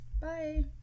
Bye